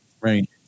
Right